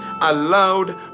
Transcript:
aloud